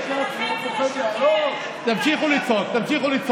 תמשיכו לצעוק.